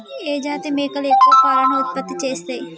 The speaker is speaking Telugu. ఏ జాతి మేకలు ఎక్కువ పాలను ఉత్పత్తి చేస్తయ్?